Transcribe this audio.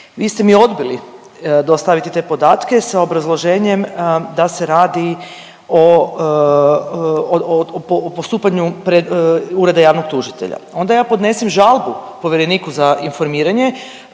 vi ste mi odbili dostaviti te podatke sa obrazloženjem da se radi o postupanju pred ureda javnog tužitelja. Onda ja podnesem žalbu povjereniku za informiranje